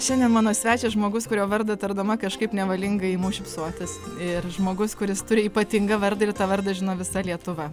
šiandien mano svečias žmogus kurio vardą tardama kažkaip nevalingai imu šypsotis ir žmogus kuris turi ypatingą vardą ir tą vardą žino visa lietuva